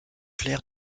claire